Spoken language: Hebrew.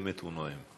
נואמת ונואם.